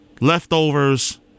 leftovers